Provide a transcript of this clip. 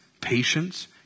patience